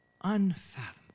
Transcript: Unfathomable